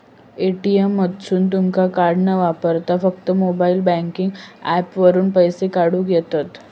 ATM मधसून तुमका card न वापरता फक्त मोबाईल बँकिंग ऍप वापरून पैसे काढूक येतंत